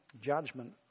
judgment